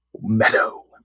Meadow